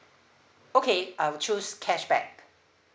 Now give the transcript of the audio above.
okay I would choose cashback